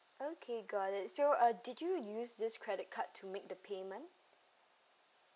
okay got it so uh did you use this credit card to make the payment